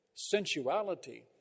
sensuality